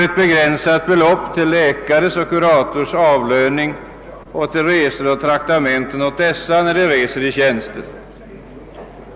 Ett begränsat belopp utgår till läkares och kurators avlöning och till resor och traktamenten när de reser i tjänsten.